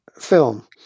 Film